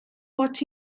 what